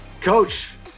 Coach